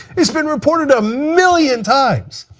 it's been reported a million times.